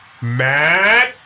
Matt